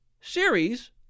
series